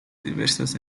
diversas